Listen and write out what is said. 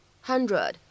hundred